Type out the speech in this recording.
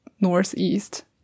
Northeast